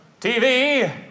TV